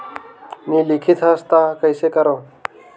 नी लिखत हस ता कइसे करू?